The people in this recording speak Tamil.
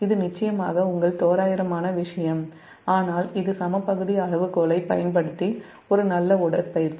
இது நிச்சயமாக உங்கள் தோராயமான விஷயம் ஆனால் இது சமபகுதி அளவுகோலைப் பயன்படுத்த ஒரு நல்ல பயிற்சி